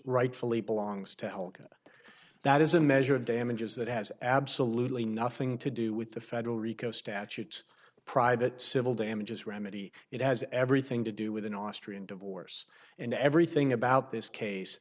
rightfully belongs to alec and that is a measure of damages that has absolutely nothing to do with the federal rico statute private civil damages remedy it has everything to do with an austrian divorce and everything about this case